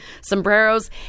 sombreros